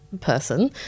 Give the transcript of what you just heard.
person